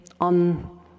on